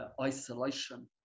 isolation